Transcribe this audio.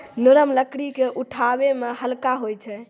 नरम लकड़ी क उठावै मे हल्का होय छै